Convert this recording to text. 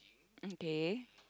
okay